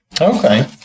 Okay